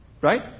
right